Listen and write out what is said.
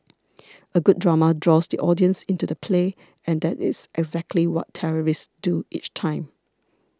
a good drama draws the audience into the play and that is exactly what terrorists do each time